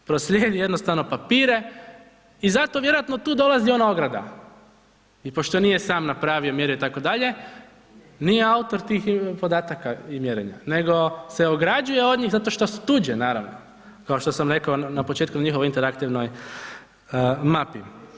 Proslijedi jednostavno papire i zato vjerojatno tu dolazi ona ograda i pošto nije sam napravio mjere itd., nije autor tih podataka i mjerenja nego se ograđuje od njih, zato što su tuđe, naravno, kao što sam rekao na početku njihove interaktivnoj mapi.